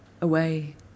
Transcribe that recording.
away